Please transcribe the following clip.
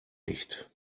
nicht